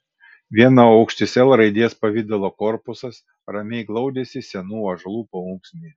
vienaukštis l raidės pavidalo korpusas ramiai glaudėsi senų ąžuolų paunksnėje